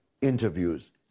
interviews